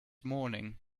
morning